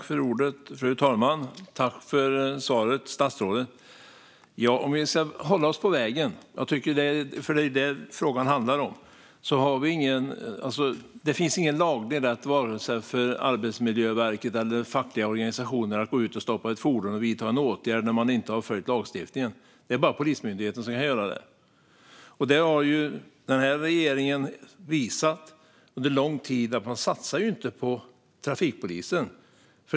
Fru talman! Tack för svaret, statsrådet! Om vi ska hålla oss på vägen - för det är det frågan handlar om - finns det ingen laglig rätt för vare sig Arbetsmiljöverket eller fackliga organisationer att gå ut och stoppa ett fordon och vidta en åtgärd när någon inte har följt lagstiftningen. Det är bara Polismyndigheten som kan göra det, och den här regeringen har under lång tid visat att man inte satsar på trafikpolisen.